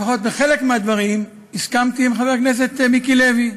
לפחות בחלק מהדברים הסכמתי עם חבר הכנסת מיקי לוי.